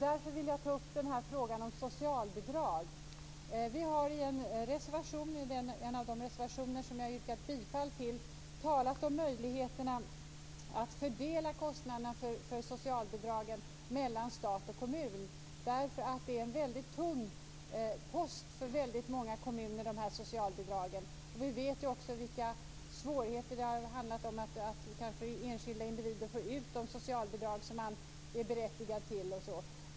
Därför vill jag ta upp frågan om socialbidrag. Vi har i en av de reservationer som jag yrkar bifall till talat om möjligheterna att fördela kostnaderna för socialbidrag mellan stat och kommun. Socialbidragen är en väldigt tung post för många kommuner. Vi vet vilka svårigheter som har funnits för enskilda individer att få ut de socialbidrag som man är berättigad till.